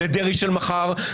לדרעי של מחר,